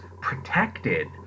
protected